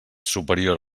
superior